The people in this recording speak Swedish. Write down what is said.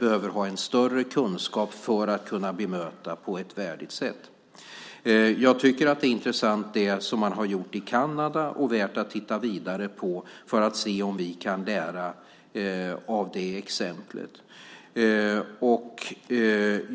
behöver ha större kunskap för att kunna bemöta på ett värdigt sätt. Jag tycker att det som man har gjort i Kanada är intressant och värt att titta närmare på för att se om vi kan lära av det exemplet.